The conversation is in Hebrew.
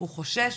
הוא חושש,